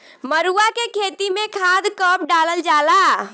मरुआ के खेती में खाद कब डालल जाला?